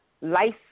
life